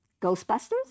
Ghostbusters